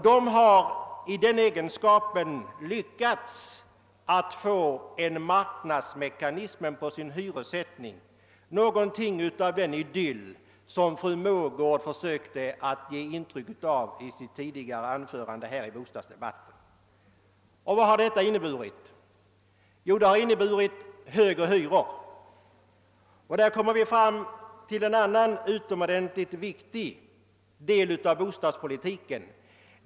De har därmed uppnått en marknadsmekanism för hyressättningen, något av den idyll fru Mogård försökte måla upp i sitt anförande. Vad har detta inneburit? Jo, det har medfört högre hyror, och nu kommer vi fram till en annan utomordentligt viktig del av bostadspolitiken.